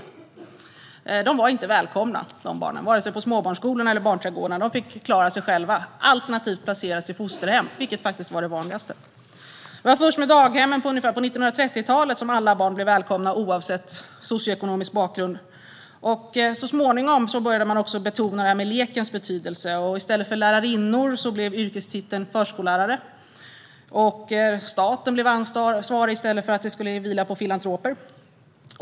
De barnen var inte välkomna vare sig i småbarnsskolan eller i barnträdgården; de fick klara sig själva alternativt placeras i fosterhem, vilket faktiskt var det vanligaste. Det var först i och med daghemmen på 1930-talet som alla barn blev välkomna, oavsett socioekonomisk bakgrund, och så småningom började man också betona lekens betydelse. I stället för lärarinnor blev yrkestiteln förskollärare, och staten blev ansvarig i stället för att det vilade på filantroper.